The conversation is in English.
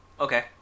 Okay